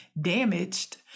damaged